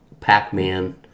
Pac-Man